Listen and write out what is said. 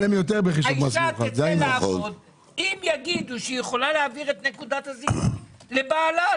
האשה תצא לעבוד אם יגידו שהיא יכולה להעביר את נקודת הזיכוי לבעלה,